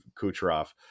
kucherov